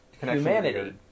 humanity